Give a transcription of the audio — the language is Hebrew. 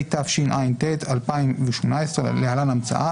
התשע"ט-2018 (להלן - המצאה),